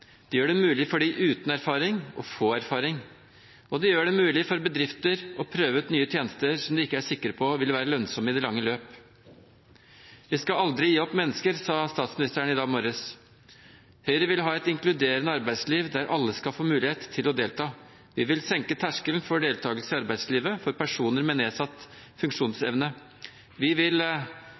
Det gjør det mulig for dem uten erfaring å få erfaring, og det gjør det mulig for bedrifter å prøve ut nye tjenester som de ikke er sikre på vil være lønnsomme i det lange løp. Vi skal aldri gi opp mennesker, sa statsministeren i dag morges. Høyre vil ha et inkluderende arbeidsliv der alle skal få mulighet til å delta. Vi vil senke terskelen for deltakelse i arbeidslivet for personer med nedsatt funksjonsevne. Vi vil